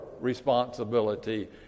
responsibility